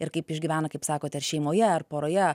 ir kaip išgyvena kaip sakote ar šeimoje ar poroje